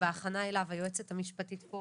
בהכנה אליו היועצת המשפטית פה